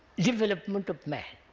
development of man?